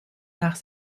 nach